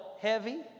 heavy